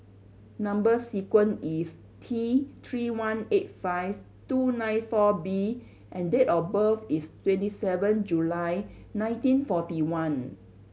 number sequence is T Three one eight five two nine four B and date of birth is twenty seven July nineteen forty one